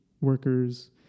workers